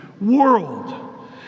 world